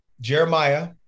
Jeremiah